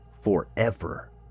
forever